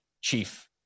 chief